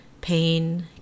pain